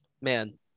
man